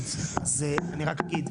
אני רק אגיד,